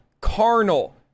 carnal